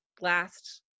last